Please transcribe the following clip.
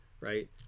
Right